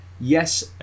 yes